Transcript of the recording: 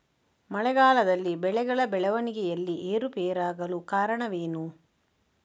ಮಳೆಗಾಲದಲ್ಲಿ ಬೆಳೆಗಳ ಬೆಳವಣಿಗೆಯಲ್ಲಿ ಏರುಪೇರಾಗಲು ಕಾರಣವೇನು?